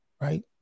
Right